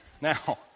Now